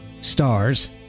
Stars